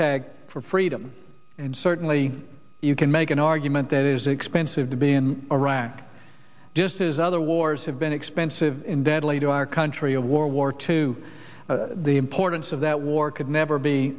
tag for freedom and certainly you can make an argument that it is expensive to be in iraq disses other wars have been expensive in deadly to our country of world war two the importance of that war could never be